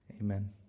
Amen